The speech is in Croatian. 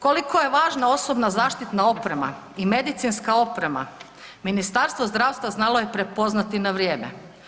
Koliko je važan osobna zaštitna oprema i medicinska oprema Ministarstvo zdravstva znalo je prepoznati na vrijeme.